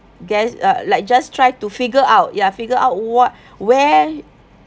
guess uh like just try to figure out ya figure out what where